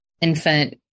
infant